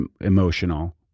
emotional